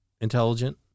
Intelligent